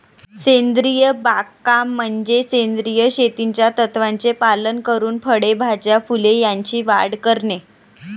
सेंद्रिय बागकाम म्हणजे सेंद्रिय शेतीच्या तत्त्वांचे पालन करून फळे, भाज्या, फुले यांची वाढ करणे